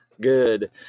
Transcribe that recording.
good